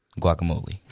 Guacamole